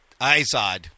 IZOD